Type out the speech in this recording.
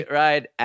ride